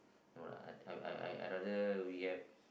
no lah I I I I rather we have